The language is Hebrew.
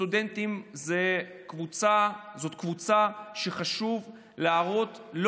סטודנטים זאת קבוצה שחשוב להראות לה,